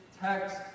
text